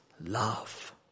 love